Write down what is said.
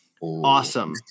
awesome